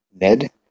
Ned